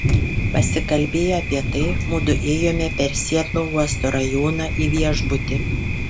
pasikalbėję apie tai mudu ėjome per sietlo uosto rajoną į viešbutį